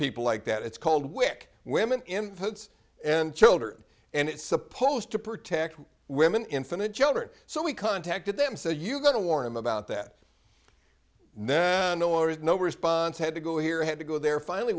people like that it's called wic women infants and children and it's supposed to protect women infinite children so we contacted them so you got to warn them about that then or is no response had to go here had to go there finally